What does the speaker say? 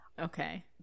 Okay